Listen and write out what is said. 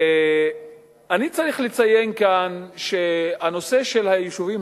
אני צריך לציין כאן שהנושא של היישובים